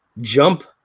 jump